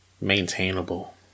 maintainable